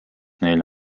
neil